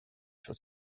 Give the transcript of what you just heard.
sur